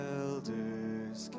elders